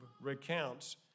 recounts